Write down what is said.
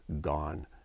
gone